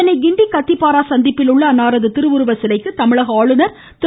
சென்னை கிண்டி கத்திப்பாரா சந்திப்பில் உள்ள அன்னாரது திருவுருவ சிலைக்கு தமிழக ஆளுநர் திரு